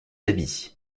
habits